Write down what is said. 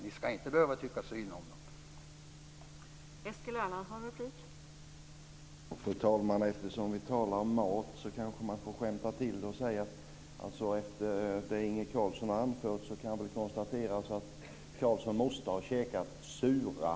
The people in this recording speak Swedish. Ni ska inte behöva tycka synd om dem.